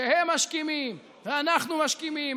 שהם משכימים ואנחנו משכימים,